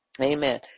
Amen